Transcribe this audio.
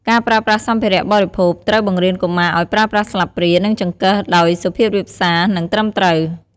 ការប្រើប្រាស់សម្ភារៈបរិភោគ: ត្រូវបង្រៀនកុមារឲ្យប្រើប្រាស់ស្លាបព្រា និងចង្កឹះដោយសុភាពរាបសារ និងត្រឹមត្រូវ។